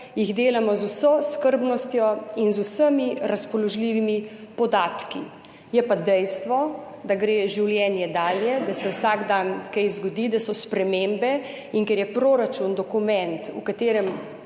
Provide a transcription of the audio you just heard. jih z vso skrbnostjo in z vsemi razpoložljivimi podatki. Je pa dejstvo, da gre življenje dalje, da se vsak dan kaj zgodi, da so spremembe in ker je proračun dokument, v katerem